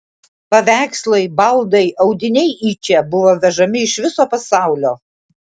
paveikslai baldai audiniai į čia buvo vežami iš viso pasaulio